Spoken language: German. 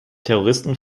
terroristen